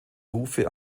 rufe